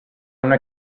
una